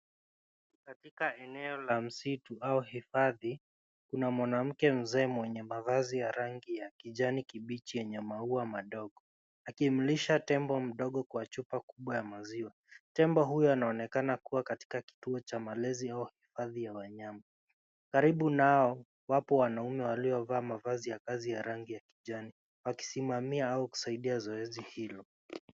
Katika eneo la msitu au hifadhi kuna mwanamke mzee mwenye mavazi ya rangi ya kijani kibichi yenye maua madogo akimlisha tembo mdogo kwa chupa kubwa ya maziwa. Tembo huyo anaonekana kuwa katika kituo cha malezi au hifadhi ya wanyama. Karibu nao, wapo wanaume waliovaa mavazi ya kazi ya rangi ya kijani wakisimamia au kusaidia zoezi hilo.